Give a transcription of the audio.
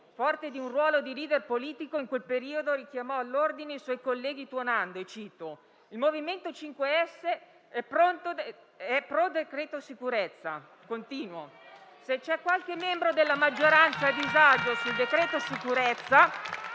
forte di un ruolo da *leader* politico, in quel periodo richiamò all'ordine i suoi colleghi, tuonando che il MoVimento 5 Stelle era *pro* decreto sicurezza: «se c'è qualche membro della maggioranza a disagio sul decreto sicurezza,